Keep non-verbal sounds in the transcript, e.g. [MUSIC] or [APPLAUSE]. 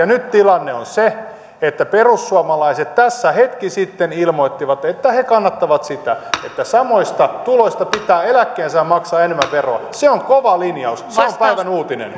[UNINTELLIGIBLE] nyt se että perussuomalaiset tässä hetki sitten ilmoittivat että he kannattavat sitä että samoista tuloista pitää eläkkeensaajan maksaa enemmän veroa se on kova linjaus se on päivän uutinen [UNINTELLIGIBLE]